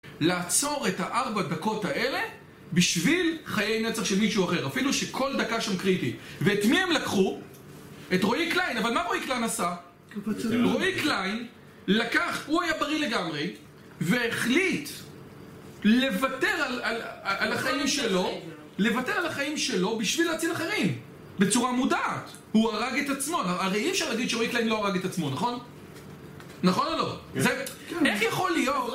לעצור את הארבע דקות האלה בשביל חיי נצח של מישהו אחר אפילו שכל דקה שם קריטית ואת מי הם לקחו? את רועי קליין, אבל מה רועי קליין עשה? רועי קליין לקח, הוא היה בריא לגמרי והחליט לוותר על החיים שלו בשביל להציל אחרים בצורה מודעת. הוא הרג את עצמו, הרי אי אפשר להגיד שרועי קליין לא הרג את עצמו, נכון? נכון או לא?